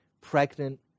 pregnant